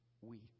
weak